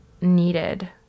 needed